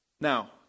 Now